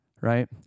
right